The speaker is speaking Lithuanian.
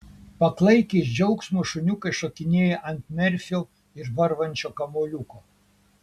paklaikę iš džiaugsmo šuniukai šokinėjo ant merfio ir varvančio kamuoliuko